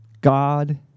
God